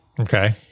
Okay